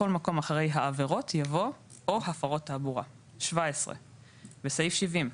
בכל מקום אחרי "העבירות" יבוא "או הפרות התעבורה"; (17)בסעיף 70,